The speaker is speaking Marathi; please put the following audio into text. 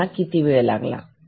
साठी किती वेळ लागेल